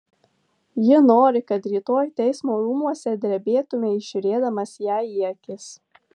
ji nori kad rytoj teismo rūmuose drebėtumei žiūrėdamas jai į akis